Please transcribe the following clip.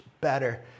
better